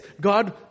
God